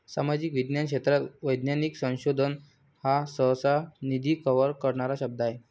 सामाजिक विज्ञान क्षेत्रात वैज्ञानिक संशोधन हा सहसा, निधी कव्हर करणारा शब्द आहे